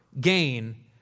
gain